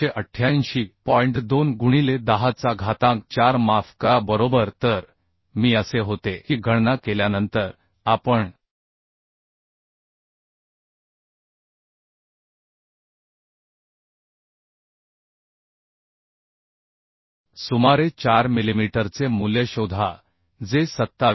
2 गुणिले 10चा घातांक 4 माफ करा बरोबर तर मी असे होते की गणना केल्यानंतर आपण सुमारे 4 मिलिमीटरचे मूल्य शोधा जे 27